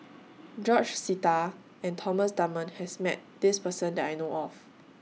George Sita and Thomas Dunman has Met This Person that I know of